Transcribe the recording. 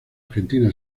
argentina